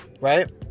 right